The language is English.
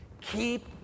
keep